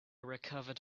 recovered